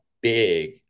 big